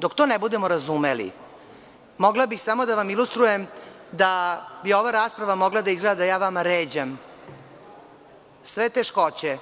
Dok to ne budemo razumeli mogla bih da vam ilustrujem da bi ova rasprava mogla da izgleda da vam ređam sve teškoće